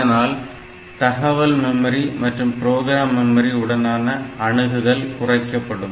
இதனால் தகவல் மெமரி மற்றும் ப்ரோக்ராம் மெமரி உடனான அணுகுதல் குறைக்கப்படும்